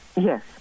Yes